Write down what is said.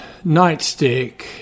nightstick